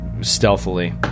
stealthily